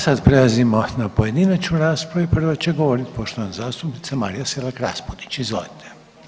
Sad prelazimo na pojedinačnu raspravu i prva će govorit poštovana zastupnica Marija Selak Raspudić, izvolite.